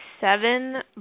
seven